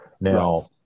Now